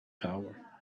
power